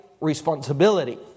responsibility